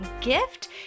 gift